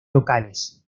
locales